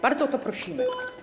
Bardzo o to prosimy.